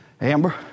Amber